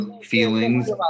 feelings